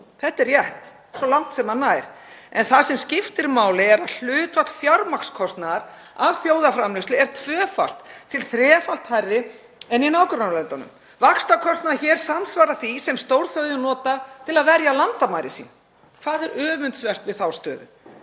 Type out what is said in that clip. Þetta er rétt svo langt sem það nær. En það sem skiptir máli er að hlutfall fjármagnskostnaðar af þjóðarframleiðslu er tvöfalt til þrefalt hærra en í nágrannalöndunum. Vaxtakostnaður hér samsvarar því sem stórþjóðir nota til að verja landamæri sín. Hvað er öfundsvert við þá stöðu?